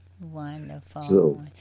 Wonderful